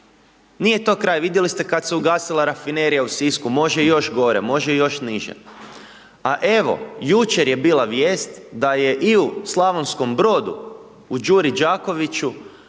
nije to kraj, vidjeli ste kada se je ugasila rafinerija u Sisku, može još gore, može još niže. A evo, jučer je bila vijest, da je i u Slavonskom Brodu, u Đuri Đakoviću,